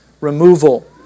removal